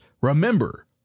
Remember